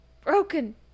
Broken